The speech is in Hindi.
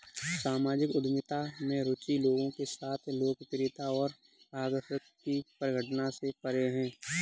सामाजिक उद्यमिता में रुचि लोगों के साथ लोकप्रियता और आकर्षण की परिघटना से परे है